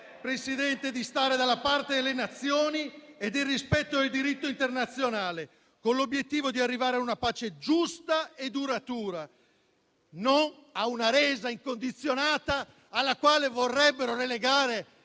sceglie di stare dalla parte delle Nazioni e del rispetto del diritto internazionale, con l'obiettivo di arrivare a una pace giusta e duratura, non a una resa incondizionata alla quale probabilmente